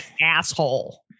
asshole